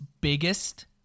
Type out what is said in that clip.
biggest